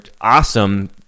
awesome